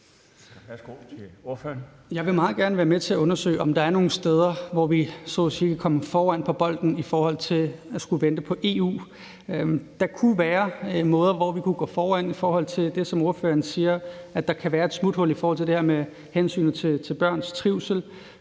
vil meget gerne være med til at undersøge, om der er nogle steder, hvor vi så at sige kan komme foran på bolden i forhold til at skulle vente på EU. Der kunne være måder i forhold til at kunne gå foran omkring det på, i forhold til det ordføreren siger, altså at der kan være et smuthul i forhold til det med hensynet til børns trivsel,